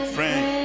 Friend